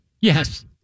Yes